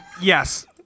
Yes